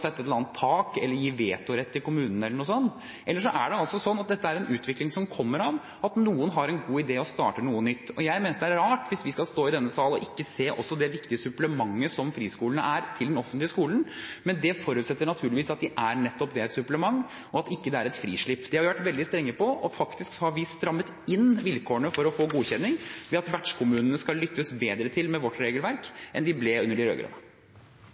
sette et eller annet tak eller gi vetorett til kommunene, eller noe lignende – eller så er det slik at dette er en utvikling som kommer av at noen har en god idé og starter noe nytt. Jeg mener det er rart hvis vi skal stå i denne sal og ikke også se det viktige supplementet som friskolene er til den offentlige skolen. Men det forutsetter naturligvis at de er nettopp det, et supplement, og at det ikke er et frislipp. Det har vi vært veldig strenge på. Faktisk har vi strammet inn vilkårene for å få godkjenning ved at vertskommunene skal lyttes bedre til med vårt regelverk enn de ble under de